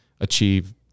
achieve